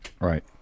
Right